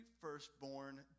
firstborn